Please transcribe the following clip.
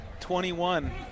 21